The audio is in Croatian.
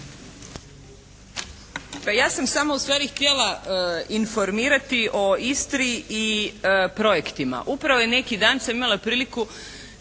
Pa ja sam samo ustvari htjela informirati o Istri i projektima. Upravo neki dan sam imala priliku